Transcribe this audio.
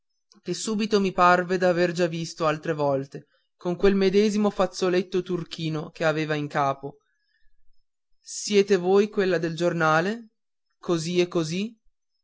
e macilenta che subito mi parve d'aver già visto altre volte con quel medesimo fazzoletto turchino che aveva in capo siete voi quella del giornale così e così